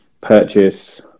purchase